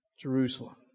Jerusalem